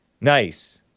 nice